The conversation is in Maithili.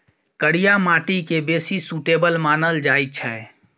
करिया माटि केँ बेसी सुटेबल मानल जाइ छै